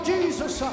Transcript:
Jesus